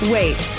Wait